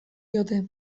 diote